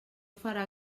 farà